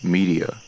Media